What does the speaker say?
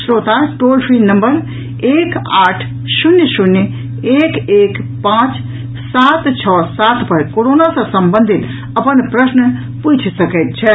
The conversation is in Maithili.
श्रोता टोल फ्री फोन नम्बर एक आठ शून्य शून्य एक एक पांच सात छओ सात पर कोरोना सॅ संबंधित अपन प्रश्न पूछि सकैत छथि